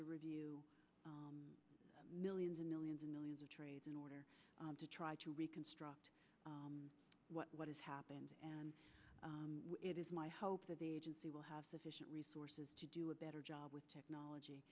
to review millions and millions and millions of trees in order to try to reconstruct what has happened and it is my hope that the agency will have sufficient resources to do a better job with technology